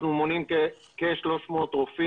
אנחנו מונים כ- 300 רופאים.